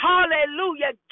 Hallelujah